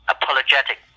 apologetic